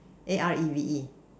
A R E V E